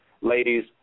Ladies